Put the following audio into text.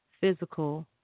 physical